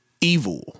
Evil